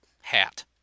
hat